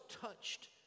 touched